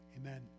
Amen